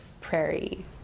prairie